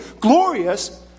glorious